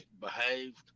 behaved